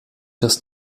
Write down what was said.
das